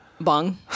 Bong